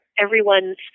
everyone's